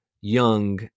young